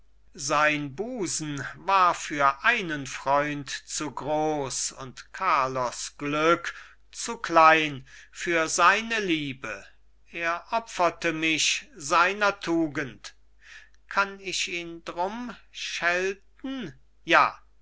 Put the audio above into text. sein busen war für einen freund zu groß und carlos glück zu klein für seine liebe er opferte mich seiner tugend kann ich ihn drum schelten ja